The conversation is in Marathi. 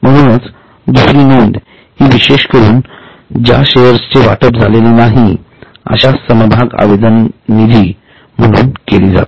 म्हणूनच दुसरी नोंद हि विशेषकरून ज्या शेअर्सचे वाटप झालेले नाही अश्या समभाग आवेदन निधी म्हणून केली जाते